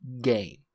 game